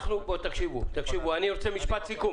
תקשיבו, אני רוצה משפט סיכום.